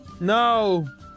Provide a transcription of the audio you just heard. No